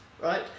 right